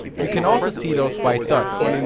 you can also see those white dots,